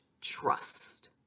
trust